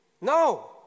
No